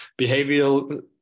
behavioral